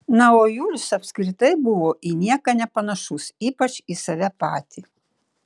na o julius apskritai buvo į nieką nepanašus ypač į save patį